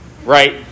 Right